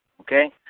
Okay